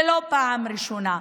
ולא בפעם הראשונה.